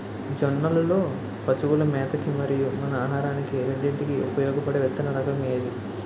జొన్నలు లో పశువుల మేత కి మరియు మన ఆహారానికి రెండింటికి ఉపయోగపడే విత్తన రకం ఏది?